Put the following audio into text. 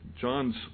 John's